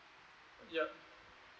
yup